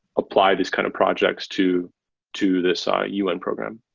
apply these kind of projects to to this ah un program